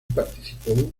participó